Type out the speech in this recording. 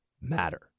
matter